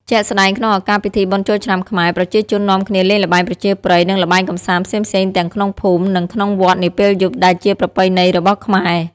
ជាក់ស្ដែងក្នុងឱកាសពិធីបុណ្យចូលឆ្នាំខ្មែរ ប្រជាជននាំគ្នាលេងល្បែងប្រជាប្រិយ និងល្បែងកម្សាន្តផ្សេងៗទាំងក្នុងភូមិ និងក្នុងវត្តនាពេលយប់ ដែលជាប្រពៃណីរបស់ខ្មែរ។